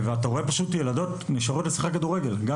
אתה רואה ילדות שנשארות לשחק כדורגל גם